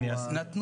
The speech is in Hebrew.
אני אשמח להסביר.